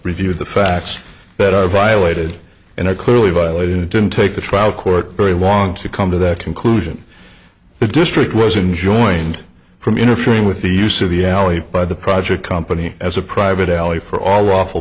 reviewed the facts that are violated in a clearly violated it didn't take the trial court very long to come to that conclusion the district was enjoined from interfering with the use of the alley by the project company as a private alley for all lawful